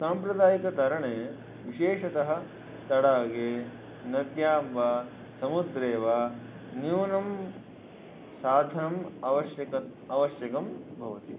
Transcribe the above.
साम्प्रदायिकतरणे विशेषतः तडागे नद्यां वा समुद्रे वा न्यूनं साधनम् आवश्यकम् आवश्यकं भवति